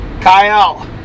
Kyle